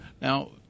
Now